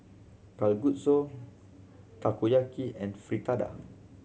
Kalguksu Takoyaki and Fritada